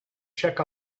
check